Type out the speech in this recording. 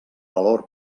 valor